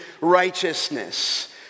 righteousness